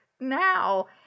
now